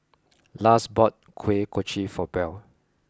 Lars bought Kuih Kochi for Buell